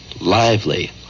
lively